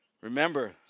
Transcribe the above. Remember